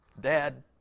dad